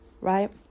Right